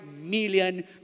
million